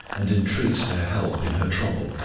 and entreats their help in her trouble.